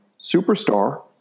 Superstar